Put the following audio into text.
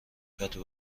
پتو